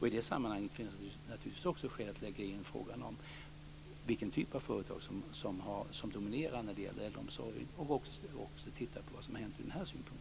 I det sammanhanget finns naturligtvis också skäl att lägga in frågan om vilken typ av företag som dominerar äldreomsorgen och titta på vad som har hänt ur den synpunkten.